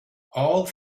all